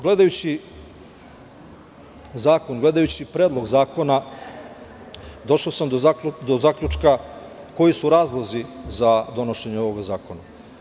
Gledajući zakon, Predlog zakona došao sam do zaključka koji su razlozi za donošenje ovog zakona.